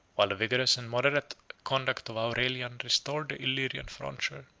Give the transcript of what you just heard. while the vigorous and moderate conduct of aurelian restored the illyrian frontier,